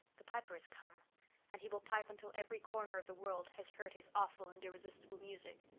the piper has come and he will pipe until every corner of the world has heard his awful and irresistible music.